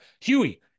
Huey